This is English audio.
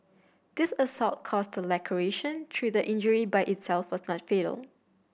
this assault caused a laceration though the injury by itself was not fatal